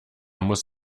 muss